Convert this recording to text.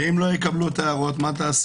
ואם לא יקבלו את ההערות, מה תעשה?